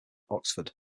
oxford